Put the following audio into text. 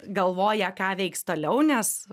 galvoja ką veiks toliau nes